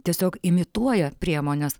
tiesiog imituoja priemones